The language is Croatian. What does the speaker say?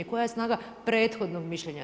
Koja je snaga prethodnog mišljenja?